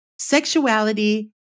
sexuality